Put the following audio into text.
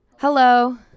hello